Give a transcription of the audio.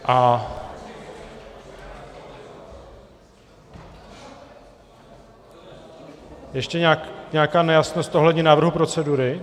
Je ještě nějaká nejasnost ohledně návrhu procedury?